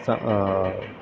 ಸಹ